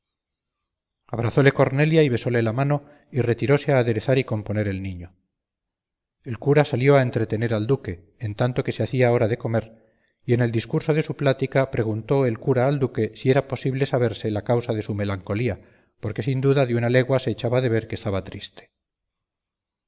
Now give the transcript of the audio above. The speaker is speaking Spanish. día abrazóle cornelia y besóle la mano y retiróse a aderezar y componer el niño el cura salió a entretener al duque en tanto que se hacía hora de comer y en el discurso de su plática preguntó el cura al duque si era posible saberse la causa de su melancolía porque sin duda de una legua se echaba de ver que estaba triste